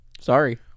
Sorry